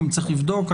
צריך לבדוק.